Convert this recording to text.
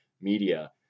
media